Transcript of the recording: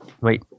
Wait